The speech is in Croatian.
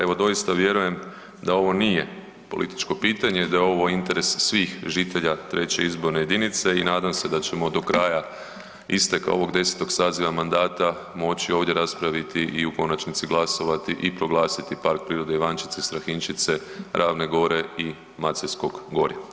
Evo doista vjerujem da ovo nije političko pitanje, da je ovo interes svih žitelja 3. izborne jedinice i nadam se da ćemo do kraja isteka ovog 10 saziva mandata moći ovdje raspraviti i u konačnici glasovati i proglasiti park prirode Ivanščice, Strahinjčice, Ravne gore i Maceljskog gorja.